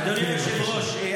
אדוני היושב-ראש,